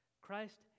Christ